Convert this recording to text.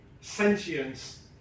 sentience